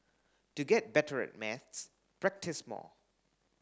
to get better at maths practise more